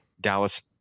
Dallas –